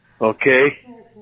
Okay